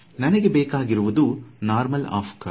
ನನಗೆ ಬೇಕಾಗಿರುವುದು normal of curve